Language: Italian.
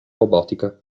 robotica